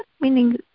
meaning